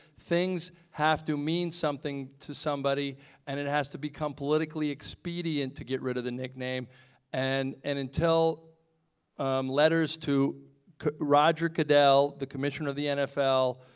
things have to mean something to somebody and it has to become politically expedient to get rid of the nickname and and until um letters to roger goodell, the commissioner of the nfl,